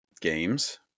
games